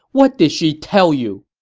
what did she tell you!